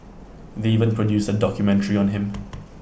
they even produced A documentary on him